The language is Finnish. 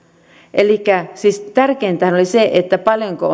elikkä siis tärkeintähän oli se paljonko